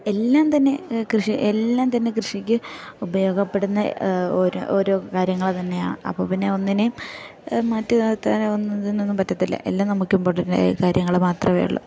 എല്ലാം തന്നെ കൃഷി എല്ലാം തന്നെ കൃഷിക്ക് ഉപയോഗപ്പെടുന്ന ഓരോ ഓരോ കാര്യങ്ങൾ തന്നെയാണ് അപ്പോൾ പിന്നെ ഒന്നിനെയും മാറ്റി തന ഒന്നതിനൊന്നും പറ്റത്തില്ല എല്ലാം നമുക്കിമ്പോർട്ടൻറ്റായ കാര്യങ്ങൾ മാത്രമേയുള്ളൂ